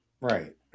right